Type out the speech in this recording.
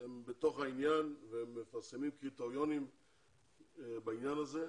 הם בתוך העניין והם מפרסמים קריטריונים בעניין הזה.